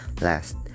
last